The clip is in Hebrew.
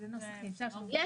זה הערת נוסח, אין בעיה.